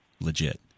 legit